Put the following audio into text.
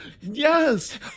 Yes